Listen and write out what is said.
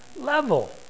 level